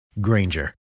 Granger